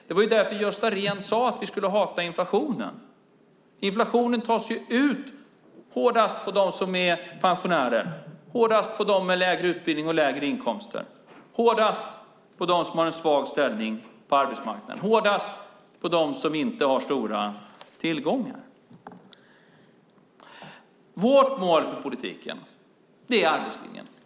Det var därför Gösta Rehn sade att vi skulle hata inflationen. Inflationen tas ju ut hårdast på dem som är pensionärer, hårdast på dem med lägre utbildning och lägre inkomster, hårdast på dem som har en svag ställning på arbetsmarknaden och hårdast på dem som inte har stora tillgångar. Vårt mål för politiken är arbetslinjen.